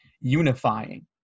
unifying